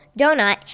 Donut